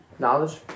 Knowledge